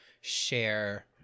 share